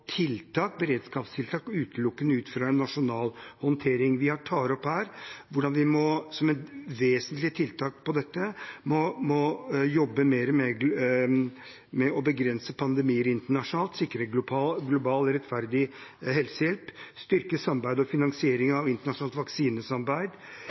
beredskapstiltak utelukkende ut fra en nasjonal håndtering. Jeg tar opp her hvordan vi som et vesentlig tiltak på dette området må jobbe mer med å begrense pandemier internasjonalt, sikre global, rettferdig helsehjelp og styrke samarbeid og